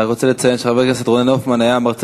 אני רוצה לציין שחבר הכנסת רונן הופמן היה המרצה